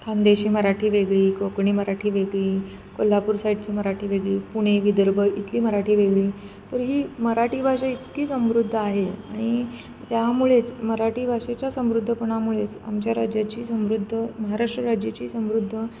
खानदेशी मराठी वेगळी कोकणी मराठी वेगळी कोल्हापूर साईडची मराठी वेगळी पुणे विदर्भ इथली मराठी वेगळी तर ही मराठी भाषा इतकी समृद्ध आहे आणि त्यामुळेच मराठी भाषेच्या समृद्धपणामुळेच आमच्या राज्याची समृद्ध महाराष्ट्र राज्याची समृद्ध